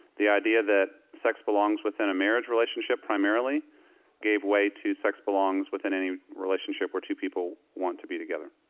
the idea that sex belongs within a marriage relationship primarily gave way to sex belongs within any relationship where two people want to be together.